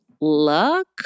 luck